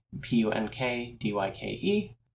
P-U-N-K-D-Y-K-E